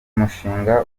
mushinga